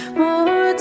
more